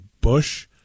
Bush